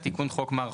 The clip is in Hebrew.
נמנע?